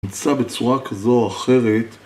נמצא בצורה כזו או אחרת